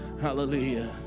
Hallelujah